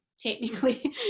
technically